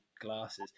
glasses